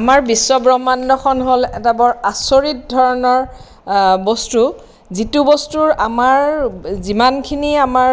আমাৰ বিশ্বব্ৰহ্মাণ্ডখন হ'ল এটা বৰ আচৰিত ধৰণৰ বস্তু যিটো বস্তুৰ আমাৰ যিমানখিনি আমাৰ